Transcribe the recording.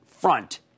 front